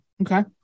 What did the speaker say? Okay